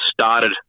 started